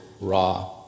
raw